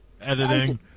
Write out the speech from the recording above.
Editing